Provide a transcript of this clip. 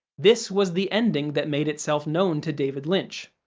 this was the ending that made itself known to david lynch.